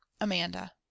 Amanda